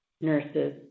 nurses